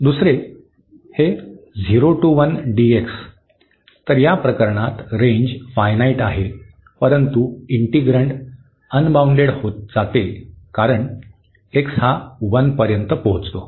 दुसरे हे तर या प्रकरणात रेंज फायनाईट आहे परंतु इन्टीग्रन्ड अनबाउंडेड होते जाते कारण x हा 1 पर्यंत पोहोचतो